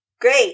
Great